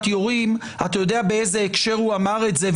יורים אתה יודע באיזה הקשר הוא אמר את זה.